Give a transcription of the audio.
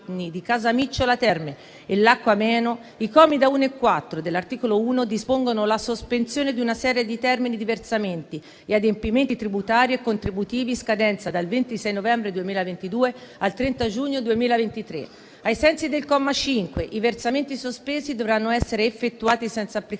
i commi da 1 a 4 dell'articolo 1 dispongono la sospensione di una serie di termini di versamenti e adempimenti tributari e contributivi in scadenza dal 26 novembre 2022 al 30 giugno 2023. Ai sensi del comma 5, i versamenti sospesi dovranno essere effettuati senza applicazioni